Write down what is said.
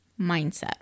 Mindset